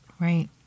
right